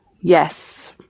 yes